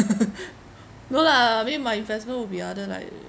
no lah I mean my investment will be other like